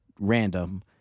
random